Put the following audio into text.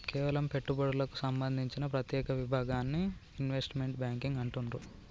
కేవలం పెట్టుబడులకు సంబంధించిన ప్రత్యేక విభాగాన్ని ఇన్వెస్ట్మెంట్ బ్యేంకింగ్ అంటుండ్రు